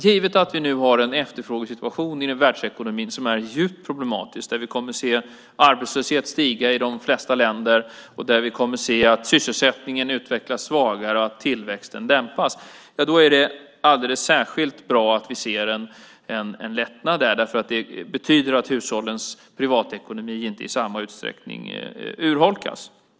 Givet att vi nu har en efterfrågesituation i världsekonomin som är djupt problematisk, där vi kommer att se arbetslösheten stiga i de flesta länder, att sysselsättningen utvecklas svagare och att tillväxten dämpas, är det alldeles särskilt bra att vi ser en lättnad. Det betyder att hushållens privatekonomi inte i samma utsträckning urholkas.